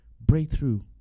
Breakthrough